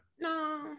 No